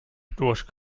durch